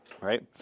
right